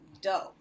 dope